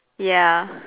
ya